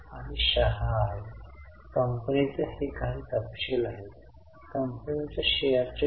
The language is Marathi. ओ कारण हे आधीपासूनच पी आणि एल मध्ये जोडलेले आहे आपल्याला ते पी आणि एल मधून काढायचे आहे